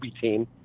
team